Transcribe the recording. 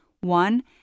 One